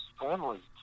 family